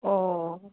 অঁ